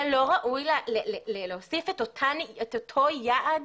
זה לא ראוי להוסיף את אותו יעד?